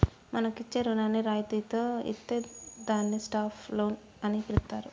మనకు ఇచ్చే రుణాన్ని రాయితితో ఇత్తే దాన్ని స్టాప్ లోన్ అని పిలుత్తారు